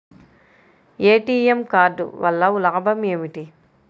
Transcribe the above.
ATM card వల్ల లాభం ఏమిటి?